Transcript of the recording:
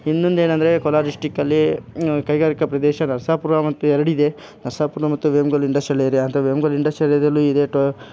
ಇನ್ನೊಂದು ಏನೆಂದರೆ ಕೋಲಾರ ಡಿಶ್ಟಿಕ್ ಅಲ್ಲಿ ಕೈಗಾರಿಕ ಪ್ರದೇಶ ನರಸಾಪುರ ಮತ್ತು ಎರಡಿದೆ ನರಸಾಪುರ ಮತ್ತು ವೇಮ್ಗಲ್ ಇಂಡಶ್ಟ್ರಿಯಲ್ ಏರಿಯಾ ಅಂತ ವೇಮ್ಗಲ್ ಇಂಡಶ್ಟ್ರಿಯಲ್ ಏರಿಯಾಲ್ಲೂ ಇದೆ ಟೋ